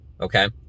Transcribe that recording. okay